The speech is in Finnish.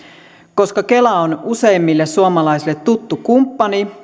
koska kela on useimmille suomalaisille tuttu kumppani